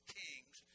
kings